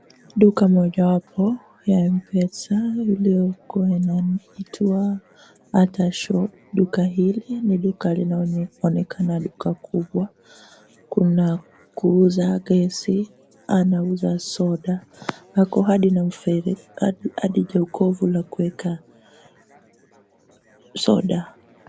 Duka mojawapo ya mpesa iliyokuwa inaitwa Atah shop . Duka hili ni duka linaonekana ni duka kubwa. Kuna kuuza gesi, anauza soda, ako hadi na jokovu la kuweka soda.